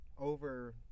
over